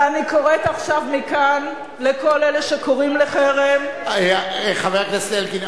ואני קוראת עכשיו מכאן לכל אלה שקוראים לחרם: חבר הכנסת אלקין,